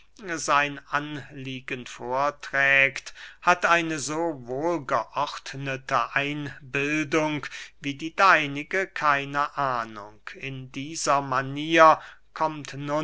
sein anliegen vorträgt hat eine so wohlgeordnete einbildung wie die deinige keine ahnung in dieser manier kommt